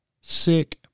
sick